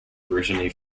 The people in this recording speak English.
brittany